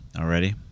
already